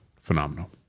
Phenomenal